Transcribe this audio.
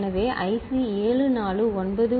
எனவே அது ஐசி 7491